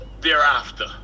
thereafter